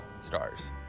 Stars